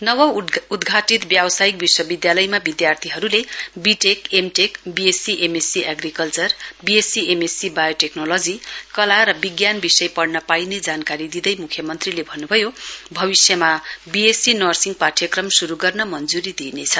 नव उद्घाटित व्यावसायिक विश्वविद्यालयमा विद्यार्थीहरुले BTech MTech BSc MSc agriculture BSc MSc biotechnology कला र विज्ञान विषय पढ़न पाइने जानकारी दिँदै मुख्यमन्त्रीले भन्नुभयो भविष्यमा बीएससी नर्सिङ पाठ्यक्रम शुरु गर्न मञ्जूरी दिइनेछ